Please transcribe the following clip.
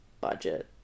budget